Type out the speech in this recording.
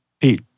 Pete